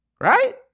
right